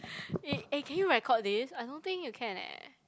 eh eh can you record this I don't think you can eh